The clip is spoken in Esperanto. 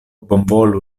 bonvolu